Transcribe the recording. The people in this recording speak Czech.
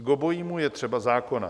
K obojímu je třeba zákona.